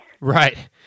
Right